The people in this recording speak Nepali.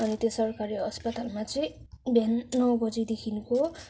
अनि त्यो सरकारी अस्पतालमा चाहिँ बिहान नौ बजेदेखिको